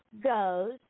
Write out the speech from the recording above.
goes